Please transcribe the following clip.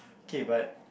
K but